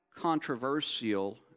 controversial